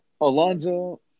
Alonzo